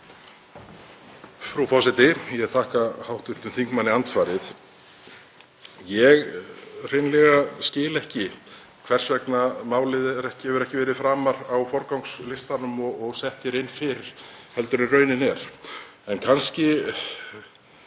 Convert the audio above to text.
Frú forseti. Ég þakka hv. þingmanni andsvarið. Ég hreinlega skil ekki hvers vegna málið hefur ekki verið framar á forgangslistanum og sett inn fyrr heldur en raunin er. En kannski